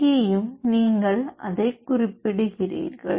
இங்கேயும் நீங்கள் அதைக் குறிப்பிடுகிறீர்கள்